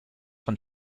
von